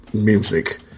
music